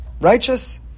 righteous